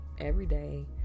everyday